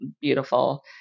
Beautiful